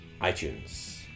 iTunes